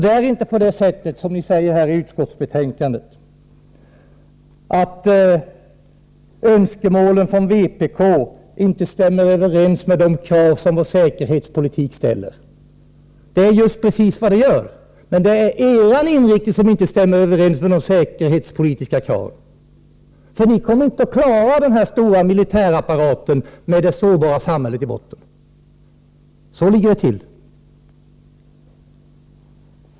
Det är inte på det sättet som ni säger i utskottsbetänkandet att önskemålen från vpk inte stämmer överens med de krav som vår säkerhetspolitik ställer. Det är just precis vad de gör. Det är er inriktning som inte stämmer överens med de säkerhetspolitiska kraven. Ni kommer inte att klara den här stora militärapparaten med det sårbara samhället i botten. Så ligger det till.